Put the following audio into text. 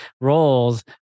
roles